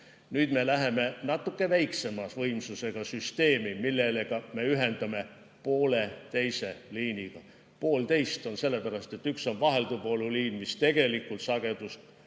me läheme natuke väiksema võimsusega süsteemi, mis [tähendab] ühendamist pooleteise liiniga. Poolteist on sellepärast, et üks on vahelduvvooluliin, mis tegelikult hoiab